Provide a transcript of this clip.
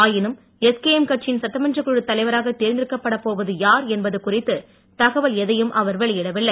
ஆயினும் எஸ்கேஎம் கட்சியின் சட்டமன்றக் குழுத் தலைவராக தேர்ந்தெடுக்கப் படப்போவது யார் என்பது குறித்து தகவல் எதையும் அவர் வெளியிடவில்லை